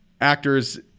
actors